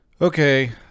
Okay